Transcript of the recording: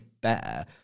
better